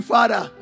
Father